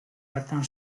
bertan